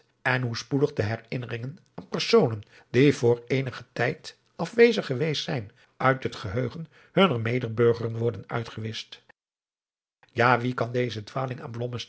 en hoe spoedig de herinneringen aan personen die voor eenigen tijd afwezig geweest zijn uit het geheugen hunner medeburgeren worden uitgewischt ja wie kan deze